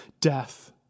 death